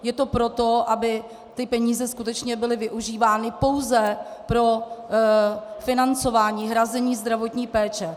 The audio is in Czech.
Je to proto, aby ty peníze skutečně byly využívány pouze pro financování, hrazení zdravotní péče.